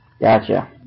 Gotcha